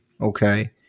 okay